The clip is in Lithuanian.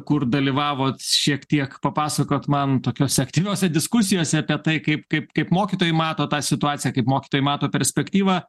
kur dalyvavot šiek tiek papasakojot man tokiose aktyviose diskusijose apie tai kaip kaip kaip mokytojai mato tą situaciją kaip mokytojai mato perspektyvą